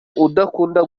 udakunda